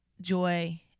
joy